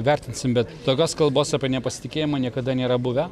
vertinsim bet tokios kalbos apie nepasitikėjimą niekada nėra buvę